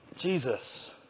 Jesus